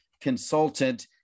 consultant